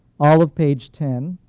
all of page ten.